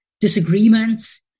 disagreements